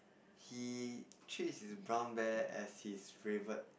he treats his brown bear as his favourite